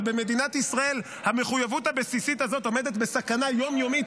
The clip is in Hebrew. אבל במדינת ישראל המחויבות הבסיסית הזאת עומדת בסכנה יום-יומית,